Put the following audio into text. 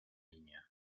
niña